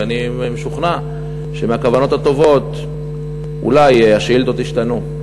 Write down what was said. ואני משוכנע שמהכוונות הטובות אולי השאילתות ישתנו.